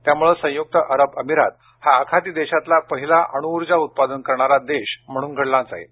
त्यामुळे संयुक्त अरब अमिरात हा आखाती देशातला पहिला अणूउर्जा उत्पादन करणारा देश म्हणून गणला जाणार आहे